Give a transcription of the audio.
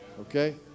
Okay